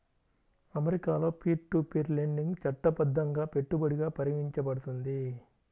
అమెరికాలో peer to peer lending చట్టబద్ధంగా పెట్టుబడిగా పరిగణించబడుతుంది